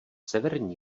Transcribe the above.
severní